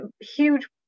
huge